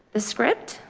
the script.